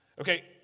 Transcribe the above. Okay